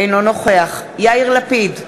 אינו נוכח יאיר לפיד,